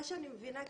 מה שאני מבינה כאן,